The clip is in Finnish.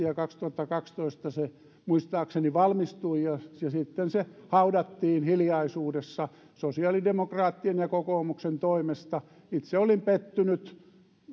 ja kaksituhattakaksitoista se muistaakseni valmistui ja sitten se haudattiin hiljaisuudessa sosiaalidemokraattien ja kokoomuksen toimesta itse olin pettynyt